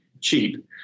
cheap